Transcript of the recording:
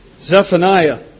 Zephaniah